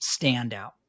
standout